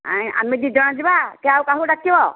ଆମେ ଦୁଇ ଜଣ ଯିବା କି ଆଉ କାହାକୁ ଡାକିବ